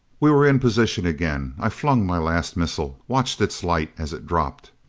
we were in position again. i flung my last missile, watched its light as it dropped.